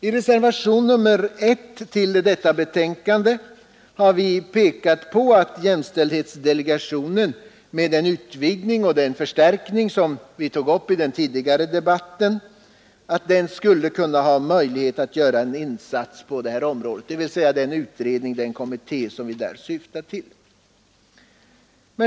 I reservationen 1 till detta betänkande har vi pekat på att jämställdhetsdelegationen med den utvidgning och förstärkning som det talades om i den tidigare debatten skulle kunna ha möjlighet att göra en insats på detta område, dvs. den kommitté som vi där syftar till.